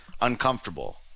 uncomfortable